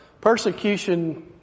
Persecution